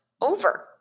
over